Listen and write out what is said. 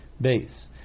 Base